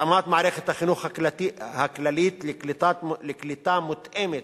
התאמת מערכת החינוך הכללית לקליטה מותאמת